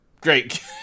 Great